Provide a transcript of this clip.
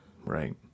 right